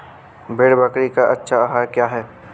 भेड़ बकरी का अच्छा आहार क्या है?